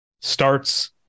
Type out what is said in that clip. starts